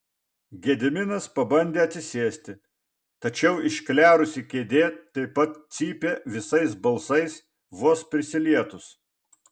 gediminas pabandė atsisėsti tačiau išklerusi kėdė taip pat cypė visais balsais vos prisilietus